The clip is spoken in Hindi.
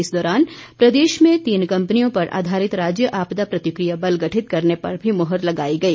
इस दौरान प्रदेश में तीन कंपनियों पर आधारित राज्य आपदा प्रतिक्रिया बल गठित करने पर भी मुहर लगाई गई